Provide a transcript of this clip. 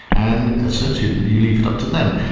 and essentially you leave it up to them.